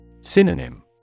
Synonym